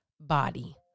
body